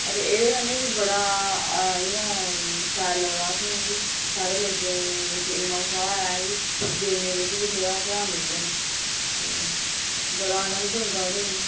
अदे एह्दे कन्नै बा बड़ा इयां शैल लगदा असेंई साढ़े लोकें दे बेच इन्ना उत्साह् ऐ की गेमें बेच बी थोड़ा ध्यान दिंदे न ते बड़ा आनंद औंदा ऐ एह्दे कन्नै